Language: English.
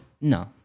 No